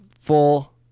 Full